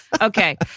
Okay